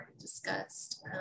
discussed